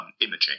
imaging